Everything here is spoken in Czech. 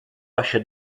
vaše